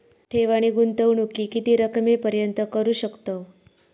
ठेव आणि गुंतवणूकी किती रकमेपर्यंत करू शकतव?